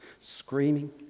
screaming